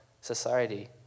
society